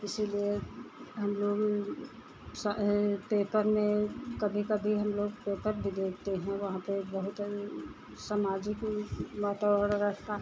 इसीलिए हमलोग पेपर में कभी कभी हमलोग पेपर भी देखते हैं वहाँ पर बहुत सामाजिक वातावरण रहता है